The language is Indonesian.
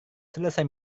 selesai